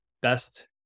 best